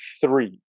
three